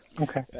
Okay